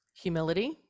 Humility